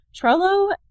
Trello